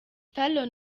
talon